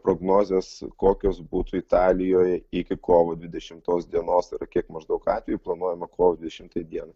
prognozes kokios būtų italijoj iki kovo dvidešimtos dienos ar kiek maždaug atvejų planuojama kovo dvidešimtai dienai